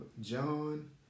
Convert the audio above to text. John